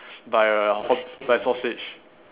by a hot~ by sausage